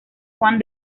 juan